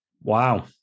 Wow